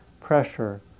pressure